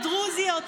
דרוזיות,